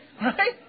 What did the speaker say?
Right